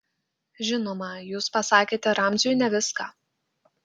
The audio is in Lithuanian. žinoma jūs pasakėte ramziui ne viską